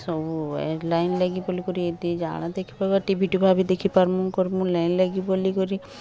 ସବୁ ଏ ଲାଇନ୍ ଲାଗି ବୋଲି କରି ଏତେ ଜାଳ ଦେଖିବ ଟି ଭି ଟୁଭା ବି ଦେଖି ପାର୍ମୁ କର୍ମୁ ଲାଇନ୍ ଲାଗି ବୋଲି କରି